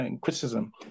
criticism